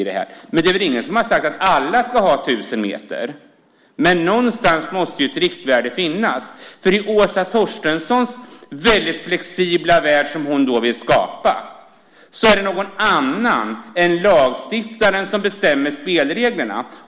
Det är väl ingen som har sagt att alla ska ha tusen meter, men någonstans måste ett riktvärde finnas. I den flexibla värld som Åsa Torstensson vill skapa är det någon annan än lagstiftaren som bestämmer spelreglerna.